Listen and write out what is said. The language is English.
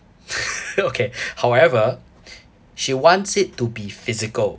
okay however she wants it to be physical